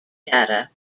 data